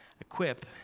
equip